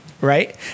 Right